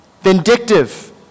vindictive